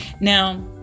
Now